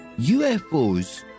UFOs